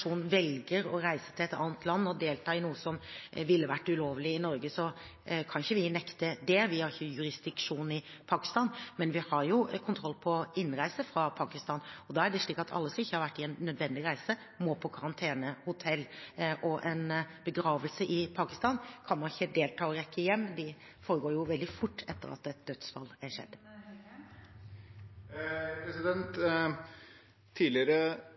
velger å reise til et annet land og delta i noe som ville vært ulovlig i Norge, kan ikke vi nekte det. Vi har ikke jurisdiksjon i Pakistan, men vi har kontroll på innreise fra Pakistan. Da er det slik at alle som ikke har vært på en nødvendig reise, må på karantenehotell. En begravelse i Pakistan kan man jo ikke rekke hjem for å delta i, for de foregår veldig fort etter at et dødsfall er skjedd. Det blir oppfølgingsspørsmål – først Jon Engen-Helgheim. Tidligere